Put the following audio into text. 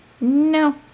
No